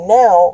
now